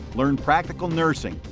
learn practice cal nurse,